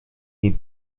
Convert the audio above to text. jej